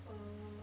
uh